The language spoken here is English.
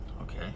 Okay